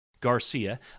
Garcia